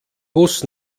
bus